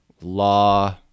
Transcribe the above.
law